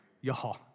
Y'all